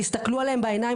תסתכלו עליהם בעיניים,